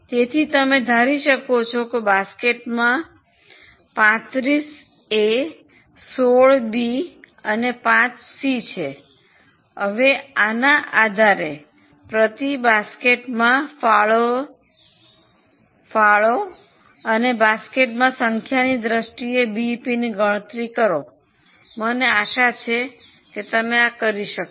તેથી તમે ધારી શકો છો કે બાસ્કેટ્માં 35 એ 16 બી અને 5 સી છે હવે આના આધારે પ્રતિ બાસ્કેટમાં ફાળોની અને બાસ્કેટમાં સંખ્યાની દ્રષ્ટિએ બીઈપીની ગણતરી કરો મને આશા છે કે તમે કરી શકશો